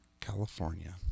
California